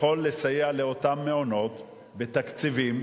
יכולים לסייע לאותם מעונות בתקציבים.